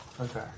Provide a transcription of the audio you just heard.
Okay